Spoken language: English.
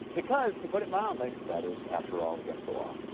because, to put it mildly. that is, after all, against the law.